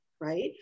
right